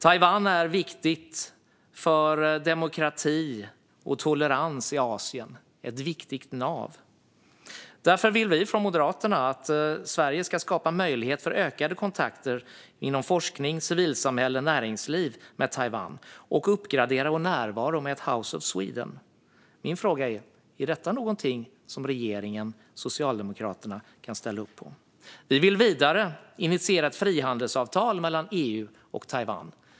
Taiwan är ett viktigt nav för demokrati och tolerans i Asien. Därför vill vi från Moderaterna att Sverige ska skapa möjligheter för ökade kontakter inom forskning, civilsamhälle och näringsliv med Taiwan och uppgradera vår närvaro med ett House of Sweden. Min fråga är: Är detta någonting som regeringen, Socialdemokraterna, kan ställa upp på? Vi vill vidare initiera ett frihandelsavtal mellan EU och Taiwan.